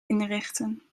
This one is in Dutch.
inrichten